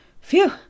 Phew